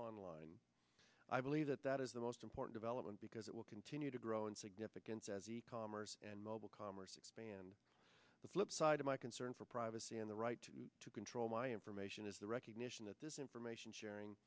online i believe that that is the most important development because it will continue to grow in significance as e commerce and mobile commerce expand the flipside of my concern for privacy and the right to control my information is the recognition that this information sharing